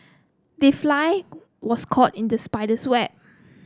the fly was caught in the spider's web